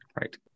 Right